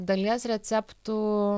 dalies receptų